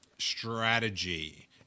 strategy